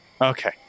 Okay